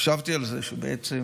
חשבתי על זה שבעצם